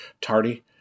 tardy